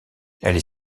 est